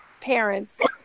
parents